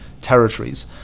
territories